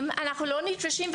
אנחנו לא נדרשים.